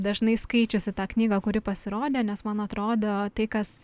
dažnai skaičiusi tą knygą kuri pasirodė nes man atrodo tai kas